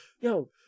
yo